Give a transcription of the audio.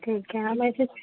ठीक है हम ऐसे